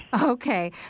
Okay